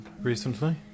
Recently